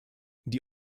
die